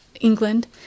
England